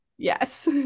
Yes